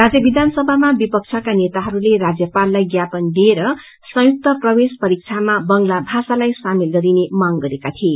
राजय विधानसभामा विपक्षका नेताहरूले राज्यपाललाइ ज्ञापन दिएर संयुक्त प्रवेश परीक्षामा बंगला भषालाइ सामेल गरिने मांग गरेका थिए